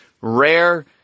rare